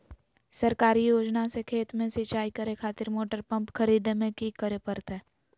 सरकारी योजना से खेत में सिंचाई करे खातिर मोटर पंप खरीदे में की करे परतय?